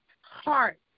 heart